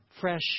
fresh